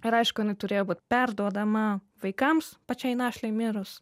ir aišku jinai turėjo būt perduodama vaikams pačiai našlei mirus